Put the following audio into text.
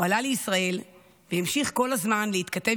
הוא עלה לישראל והמשיך כל הזמן להתכתב